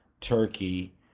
turkey